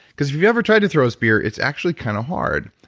because if you've ever tried to throw a spear, it's actually kind of hard.